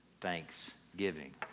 thanksgiving